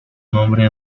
nombre